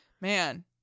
man